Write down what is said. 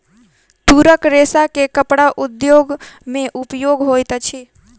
तूरक रेशा के कपड़ा उद्योग में उपयोग होइत अछि